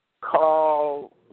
call